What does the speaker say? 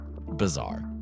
bizarre